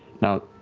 now,